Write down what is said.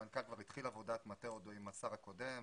המנכ"ל כבר התחיל עבודת מטה עוד עם השר הקודם.